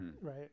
right